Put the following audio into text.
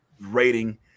rating